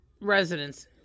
residents